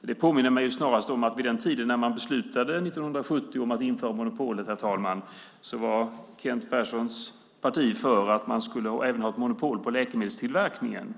Det påminner mig snarast om att när man 1970 beslutade om att införa monopolet, herr talman, var Kent Perssons parti för att man även skulle ha monopol på läkemedelstillverkningen.